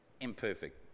imperfect